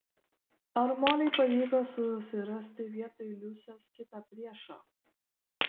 ar molei pavyko susirasti vietoj liusės kitą priešą